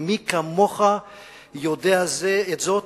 ומי כמוך יודע את זאת,